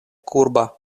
kurba